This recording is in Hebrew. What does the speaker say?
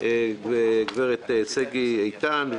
לגבי הפריון,